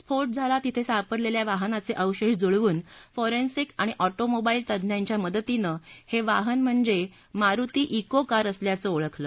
स्फोठाझाला तिथं सापडलेल्या वाहनाचे अवशेष जुळवून फॉरेन्सिक आणि ऑठांमोबाईल तज्ञांच्या मदतीनं हे वाहन म्हणजे मारुती इको कार असल्याचं ओळखलं